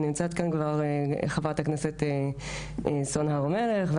ונמצאת כאן כבר חה"כ סון הר מלך.